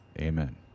amen